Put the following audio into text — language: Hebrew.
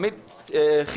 עמית הלוי